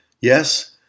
Yes